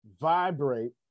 vibrate